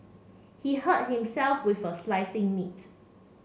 he hurt himself with a slicing meat